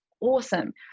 awesome